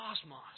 cosmos